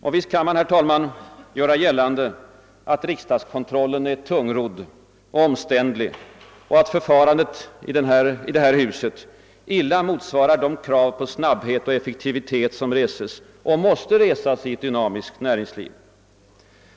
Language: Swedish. Och visst kan man, herr talman, å cna sidan göra gällande att riksdagskontrollen är tungrodd och omständlig och att förfarandet i detta hus illa motsvarar de krav på snabbhet och effektivitet som reses och måste resas i ett dynamiskt näringsliv.